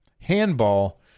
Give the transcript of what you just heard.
handball